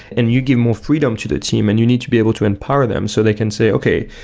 and you give more freedom to the team and you need to be able to empower them so they can say, okay,